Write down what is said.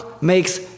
makes